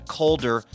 colder